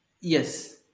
yes